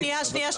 שנייה.